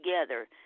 together